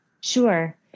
Sure